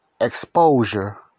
exposure